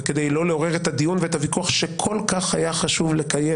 וכדי לא לעורר את הדיון ואת הוויכוח שכל כך היה חשוב לקיים